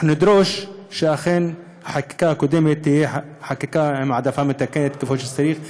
נדרוש שאכן החקיקה המקודמת תהיה חקיקה עם העדפה מתקנת כמו שצריך.